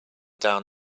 down